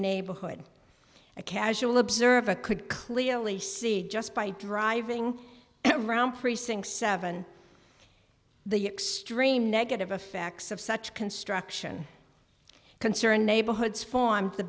neighborhood a casual observer could clearly see just by driving around precinct seven the extreme negative effects of such construction concern neighborhoods form the